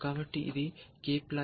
కాబట్టి ఇది k ply